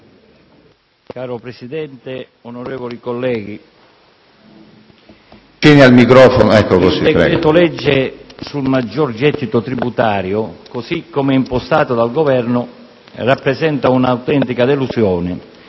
Signor Presidente, onorevoli colleghi, il decreto‑legge sul maggior gettito tributario, così com'è impostato dal Governo, rappresenta un'autentica delusione